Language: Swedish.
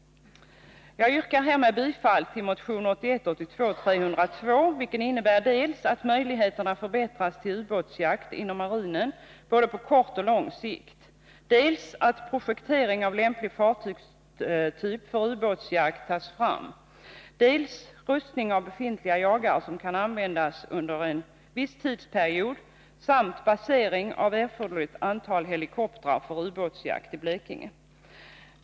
Jag yrkar härmed bifall till motion 1981/82:302, vilket innebär dels att möjligheterna till ubåtsjakt inom marinen förbättras på både kort och lång sikt, dels att projektering av lämplig fartygstyp för ubåtsjakt tas fram, dels rustning av befintliga jagare som kan användas under en viss tidsperiod samt dels basering av erforderligt antal helikoptrar för ubåtsjakt i Blekinge.